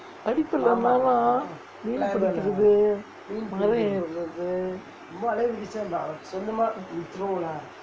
படிப்பு இல்லனாலும் மீன் பிடிக்கறது மரம் ஏறுறது:padippu illanaalum meen pidikkirathu maram erurathu